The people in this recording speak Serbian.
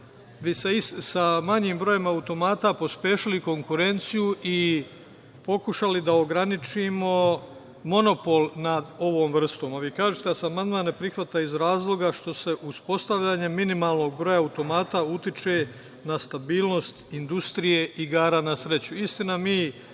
bi sa manjim brojem automata pospešili konkurenciju i pokušali da ograničimo monopol nad ovom vrstom. Vi kažete da se amandman ne prihvata iz razloga što se uspostavljanjem minimalnog broja automata utiče na stabilnost industrije igara na